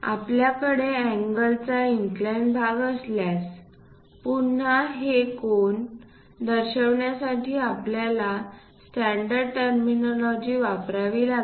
आपल्याकडे अँगलचा इनक्लाइंड भाग असल्यास पुन्हा हे कोन दर्शविण्यासाठी आपल्याला स्टॅंडर्ड टर्मिनोलॉजी वापरावी लागेल